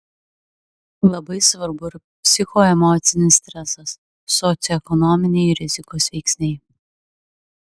labai svarbu ir psichoemocinis stresas socioekonominiai rizikos veiksniai